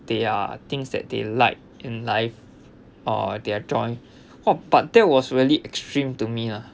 there are things that they like in life or their joy oh but that was really extreme to me lah